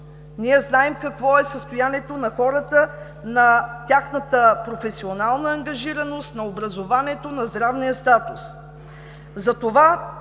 Ние знаем какво е състоянието на хората, на тяхната професионална ангажираност, на образованието, на здравния статус.